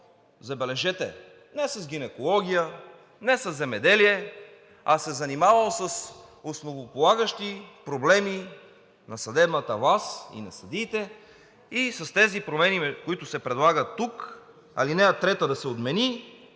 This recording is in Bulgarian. забележете, не с гинекология, не със земеделие, а се е занимавал с основополагащи проблеми на съдебната власт и на съдиите и с тези промени, които се предлагат тук – ал. 3 да се отмени,